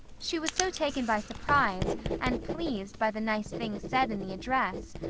she was so taken by surprise and pleased by the nice things said in the address,